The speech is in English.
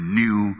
new